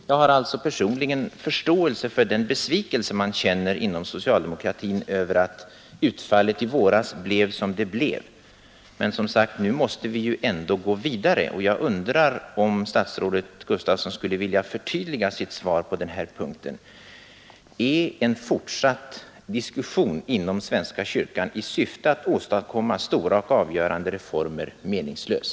Jag har alltså personligen förståelse för den besvikelse man känner inom socialdemokratin över att utfallet i våras blev som det blev. Men, som sagt, nu måste vi ändå gå vidare, och jag undrar om statsrådet Gustafsson skulle vilja förtydliga sitt svar på den här punkten: Är en fortsatt diskussion inom svenska kyrkan i syfte att åstadkomma stora och avgörande reformer meninglös?